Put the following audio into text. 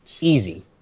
Easy